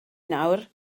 nawr